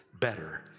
better